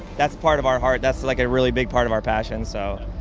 that's part of our heart, that's like a really big part of our passion. so